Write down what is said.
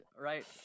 right